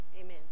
Amen